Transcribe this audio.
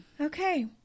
Okay